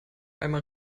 einmal